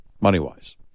money-wise